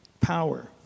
power